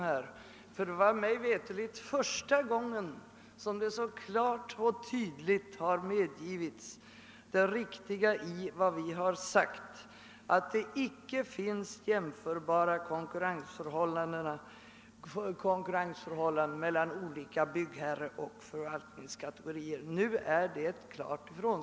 Den innebar mig veterligt nämligen det första riktigt klara och tydliga medgivandet av att vårt påpekande, att det icke finns jämförbara konkurrensförhållanden mellan olika byggherreoch förvaltningskategorier, är riktigt. Nu har detta klart sagts ifrån.